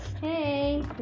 hey